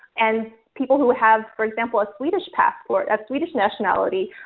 and people who have, for example, a swedish passport, a swedish nationality,